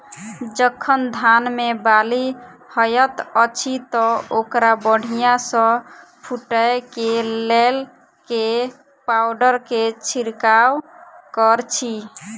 जखन धान मे बाली हएत अछि तऽ ओकरा बढ़िया सँ फूटै केँ लेल केँ पावडर केँ छिरकाव करऽ छी?